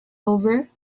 over